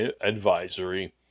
advisory